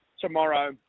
tomorrow